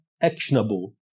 actionable